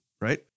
right